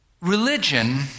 Religion